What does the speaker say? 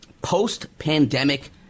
post-pandemic